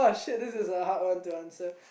shit this is a hard one to answer